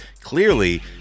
clearly